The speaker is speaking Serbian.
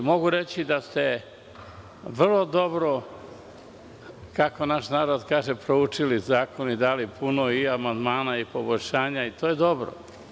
Mogu reći da ste vrlo dobro, kako naš narod kaže, proučili zakone i dali puno i amandmana i poboljšanja, što je dobro.